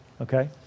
Okay